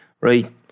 right